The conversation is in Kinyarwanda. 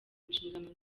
nshingano